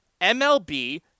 MLB